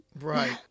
right